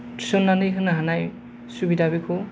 थिसननानै होनो हानाय सुबिदा बेखौ